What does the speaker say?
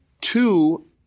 two